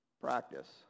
practice